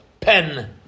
pen